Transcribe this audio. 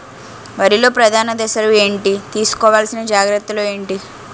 వరిలో ప్రధాన దశలు ఏంటి? తీసుకోవాల్సిన జాగ్రత్తలు ఏంటి?